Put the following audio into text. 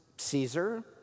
Caesar